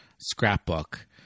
scrapbook